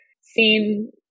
seen